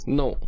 no